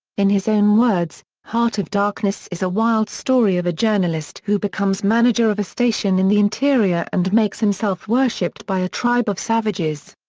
in his own words, heart of darkness is a wild story of a journalist who becomes manager of a station in the interior and makes himself worshipped by a tribe of savages.